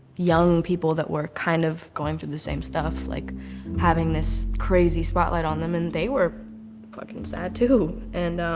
young people that were kind of going through the same stuff, like having this crazy spotlight on them and they were fucking sad too. and